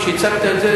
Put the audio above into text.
כשהצגת את זה,